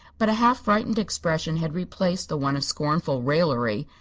but a half frightened expression had replaced the one of scornful raillery.